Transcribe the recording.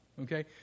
Okay